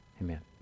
Amen